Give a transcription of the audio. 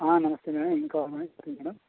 నమస్తే మేడం ఏంకావాలి మేడం చెప్పండి మేడం